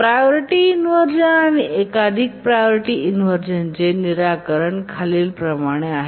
priority inversion आणि एकाधिक priority इनव्हर्जनचे निराकरण खालीलप्रमाणे आहेत